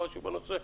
בנושא?